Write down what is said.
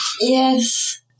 Yes